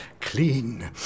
Clean